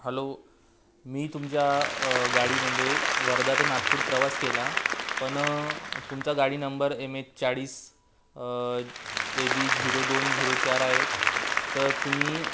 hello मी तुमच्या गाडीमध्ये वर्धा ते नागपूर प्रवास केला पण तुमचा गाडी नंबर एम एच चाळीस ए बी झिरो दोन झिरो चार आहे तर तुम्ही